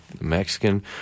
Mexican